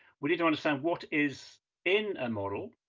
we need to understand what is in a model,